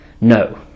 No